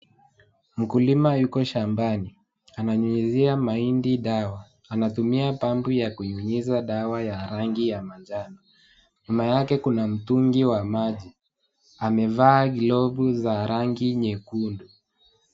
Mkulima yuko shambani, ananyumyuzia mahindi dawa anatumia pumpu ya kunyunyiza dawa ya rangi ya manjano nyuma yake kuna mtungi wa maji amevaa glovu za rangi nyekundu.